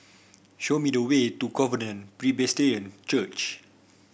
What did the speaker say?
show me the way to Covenant Presbyterian Church